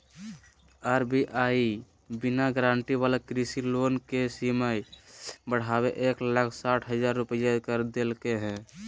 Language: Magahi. आर.बी.आई बिना गारंटी वाला कृषि लोन के सीमा बढ़ाके एक लाख साठ हजार रुपया कर देलके हें